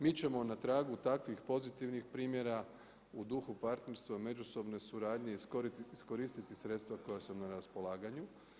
Mi ćemo na tragu takvih pozitivnih primjera, u duhu partnerstva, međusobne suradnje, iskoristi sredstva koja su nam na raspolaganju.